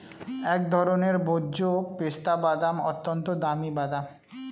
এক ধরনের ভোজ্য পেস্তা বাদাম, অত্যন্ত দামি বাদাম